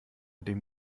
dem